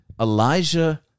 Elijah